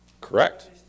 Correct